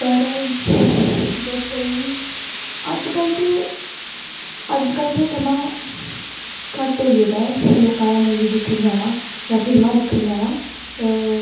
पर जद कदें बी अज्जकल ते अज्जकल थमां घट्ट होई गेदा ऐ लोकें दा मूवी दिक्खन जाना जां फिल्मां दिक्खन जाना ओह्